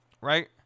Right